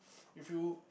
if you